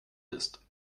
ist